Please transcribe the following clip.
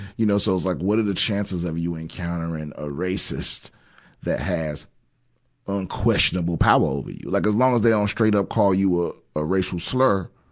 you know. so it's like what are the chances of you encountering a racist that has unquestionable power over you? like as long as they don't and straight-up call you a, a racial slur,